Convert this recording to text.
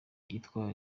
itwara